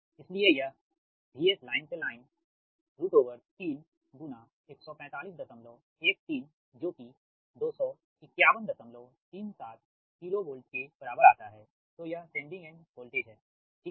इसलिए यह VS line से लाइन 314513जो की 25137 किलोवोल्ट के बराबर आता है तो यह सेंडिंग एंड वोल्टेज है ठीक है